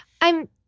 I'm-